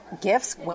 gifts